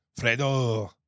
Fredo